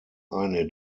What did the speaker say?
eine